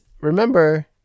remember